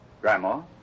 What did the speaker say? Grandma